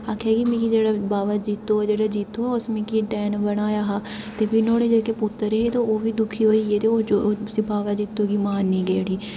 मिगी जेह्ड़ा बावा जित्तो उस मिगी डैन बनाया हा ते फ्ही नुहाड़े जेह्के पुत्तर हे ओह् बी दुखी होई गे ते ओह् बावा जित्तो गी मारने गी गे उठी